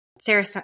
Sarah